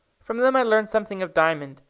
from them i learned something of diamond,